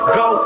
go